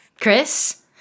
Chris